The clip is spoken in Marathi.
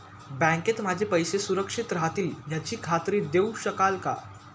बँकेत माझे पैसे सुरक्षित राहतील याची खात्री देऊ शकाल का?